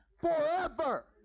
forever